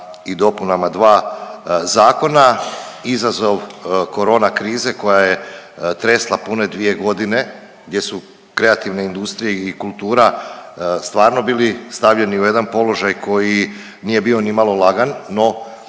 i dopunama dva zakona. Izazov Corona krize koja je tresla pune dvije godine gdje su kreativne industrije i kultura stvarno bili stavljeni u jedan položaj koji nije bio ni malo lagan, no